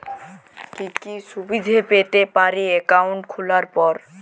কি কি সুবিধে পেতে পারি একাউন্ট খোলার পর?